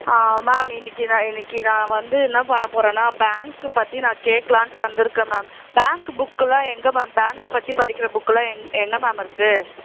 ma'am இன்றைக்கி நான் இன்றைக்கி நான் வந்து என்ன பண்ண போகிறேன்னா பேங்க்கு பற்றி நான் கேட்கலான்ட்டு வந்திருக்கேன் மேம் பேங்க்கு புக்கெலாம் எங்கே மேம் பேங்க்கு பற்றி படிக்கிற புக்கெலாம் எங் எங்கே மேம் இருக்குது